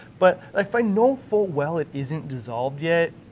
but like if i know full well it isn't dissolved yet,